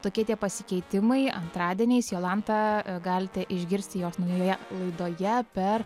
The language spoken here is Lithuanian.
tokie tie pasikeitimai antradieniais jolantą galite išgirsti jos naujoje laidoje per